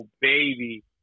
baby